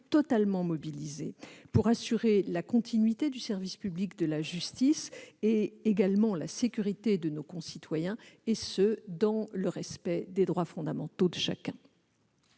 pleinement mobilisés pour assurer la continuité du service public de la justice et la sécurité de nos concitoyens, cela dans le respect des droits fondamentaux de chacun.